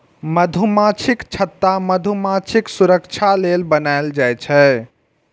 मधुमाछीक छत्ता मधुमाछीक सुरक्षा लेल बनाएल जाइ छै